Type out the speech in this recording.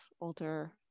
older